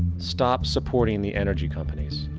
stop supporting the energy companies.